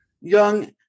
young